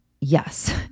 Yes